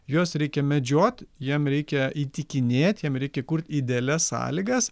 juos reikia medžiot jiem reikia įtikinėt jiem reikia kurt idealias sąlygas